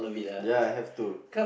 ya I have to